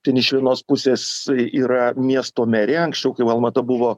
ten iš vienos pusės yra miesto merija anksčiau kai almata buvo